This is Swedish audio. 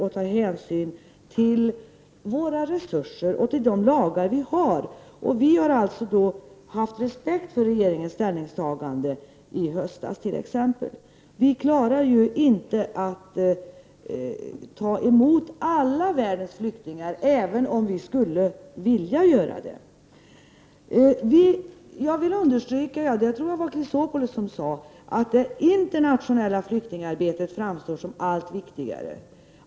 Hänsyn måste tas till befintliga resurser och till gällande lagar. Vi har haft respekt för t.ex. regeringens ställningstagande i höstas. Det går dock inte att ta emot alla världens flyktingar, även om vi skulle vilja göra det. Jag vill understryka — jag tror att det var Alexander Chrisopoulos som tidigare tog upp den saken — att det internationella flyktingarbetet framstår som allt viktigare.